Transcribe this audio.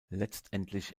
letztendlich